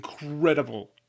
incredible